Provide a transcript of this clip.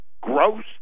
Gross